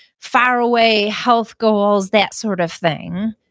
far away health goals, that sort of thing.